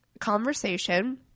conversation